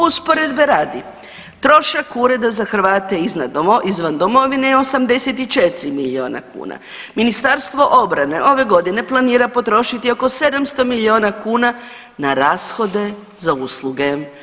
Usporedbe radi, trošak Ureda za Hrvate izvan domovine je 84 milijuna kuna, Ministarstvo obrane planira potrošiti oko 700 milijuna kuna na rashode za usluge.